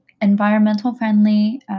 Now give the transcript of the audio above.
environmental-friendly